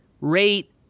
rate